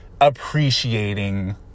appreciating